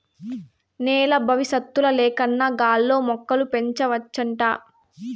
నేల బవిసత్తుల లేకన్నా గాల్లో మొక్కలు పెంచవచ్చంట